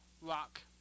Rock